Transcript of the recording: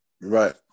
right